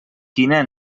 quina